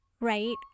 right